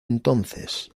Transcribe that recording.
entonces